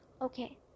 okay